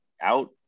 out